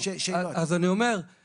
מה אנחנו מציעים בפועל?